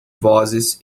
vozes